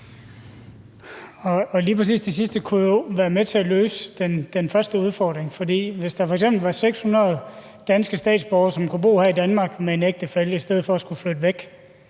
Lige præcis det sidste kunne jo være med til at løse den første udfordring, for hvis der eksempelvis var 600 danske statsborgere, som kunne bo her i Danmark med en ægtefælle i stedet for at skulle flytte væk,